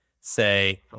say